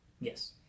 Yes